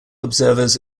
observers